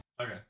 Okay